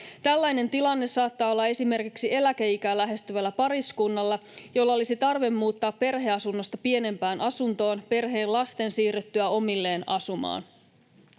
Tällainen tilanne saattaa olla esimerkiksi eläkeikää lähestyvällä pariskunnalla, jolla olisi tarve muuttaa perheasunnosta pienempään asuntoon perheen lasten siirryttyä omilleen asumaan.